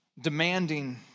demanding